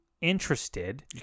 interested